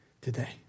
today